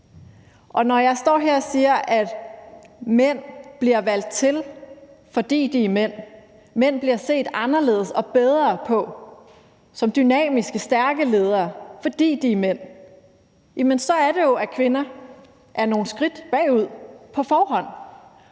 Og når jeg står her og siger, at mænd bliver valgt til, fordi de er mænd, at mænd bliver set anderledes og bedre på, som dynamiske og stærke ledere, fordi de er mænd, så er det jo, fordi kvinder er nogle skridt bagud på forhånd